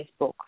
Facebook